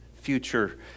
future